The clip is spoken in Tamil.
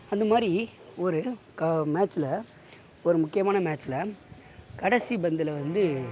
அந்த மாதிரி ஒரு க மேட்ச்சில் ஒரு முக்கியமான மேட்ச்சில் கடைசி பந்தில் வந்து